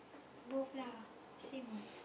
both lah same what